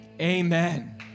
amen